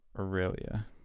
Aurelia